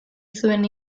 zuen